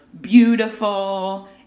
beautiful